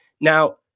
Now